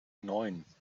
neun